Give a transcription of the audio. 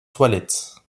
toilettes